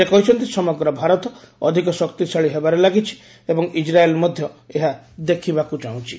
ସେ କହିଛନ୍ତି ସମଗ୍ର ଭାରତ ଅଧିକ ଶକ୍ତିଶାଳୀ ହେବାରେ ଲାଗିଛି ଏବଂ ଇସ୍ରାଏଲ ମଧ୍ୟ ଏହା ଦେଖିବାକୁ ଚାହୁଁ ଛି